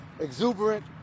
exuberant